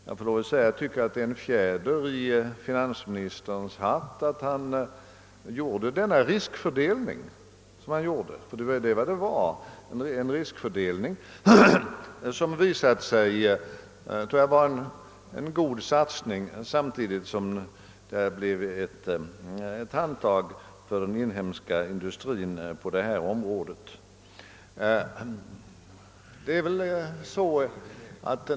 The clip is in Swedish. Jag tycker att det är en fjäder i finansministerns hatt att han gjorde denna riskfördelning — ty det var en sådan — som visade sig vara en god satsning och som gav ett gott handtag åt inhemsk industri på detta område.